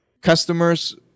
customers